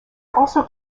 also